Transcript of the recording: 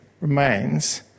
remains